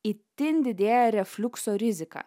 itin didėja refliukso rizika